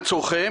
לצרכיהם,